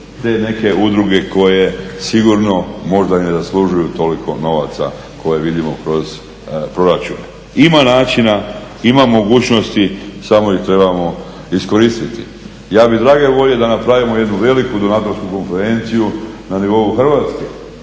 te neke udruge koje sigurno možda i ne zaslužuju toliko novaca koje vidimo kroz proračun. Ima načina, ima mogućnosti samo ih trebamo iskoristiti. Ja bi drage volje da napravimo jednu donatorsku konferenciju na nivou Hrvatske